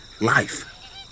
life